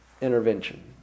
intervention